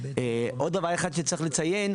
עוד דבר אחד שצריך לציין,